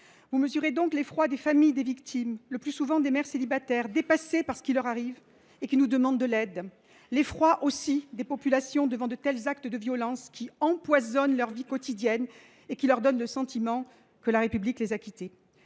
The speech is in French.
Vous mesurez donc l’effroi des familles des victimes, le plus souvent des mères célibataires, dépassées par ce qui leur arrive et qui nous demandent de l’aide. L’effroi, aussi, des populations devant de tels actes de violence, qui empoisonnent leur vie quotidienne et qui leur donnent le sentiment que la République les a quittées.